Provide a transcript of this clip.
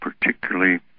particularly